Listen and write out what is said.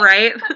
Right